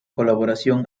colaboración